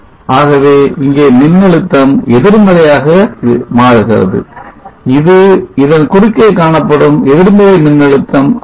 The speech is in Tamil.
ஆகவே இங்கே மின்னழுத்தம் எதிர்மறையாக மாறுகிறது இது இதன் குறுக்கே காணப்படும் எதிர்மறை மின்னழுத்தம் ஆகும்